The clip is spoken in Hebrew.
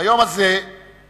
ביום הזה ראוי,